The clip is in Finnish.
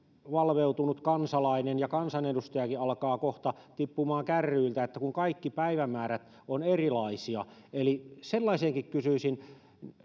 valveutunut kansalainen ja kansanedustajakin alkavat kohta tippumaan kärryiltä kun kaikki päivämäärät ovat erilaisia eli sellaiseenkin kysyisin